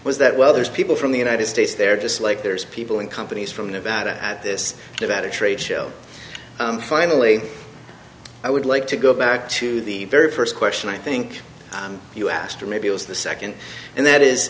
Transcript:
was that well there's people from the united states there just like there's people in companies from nevada at this have at a trade show finally i would like to go back to the very first question i think you asked or maybe it was the second and that is